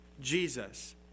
Jesus